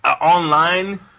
online